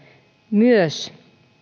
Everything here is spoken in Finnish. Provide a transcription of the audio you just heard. myös